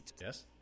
yes